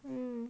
um